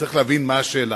צריך להבין מה השאלה.